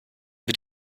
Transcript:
mit